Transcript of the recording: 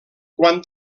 quan